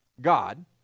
God